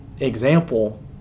example